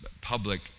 public